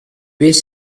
beth